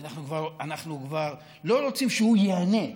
כי אנחנו כבר לא רוצים שהוא ייהנה,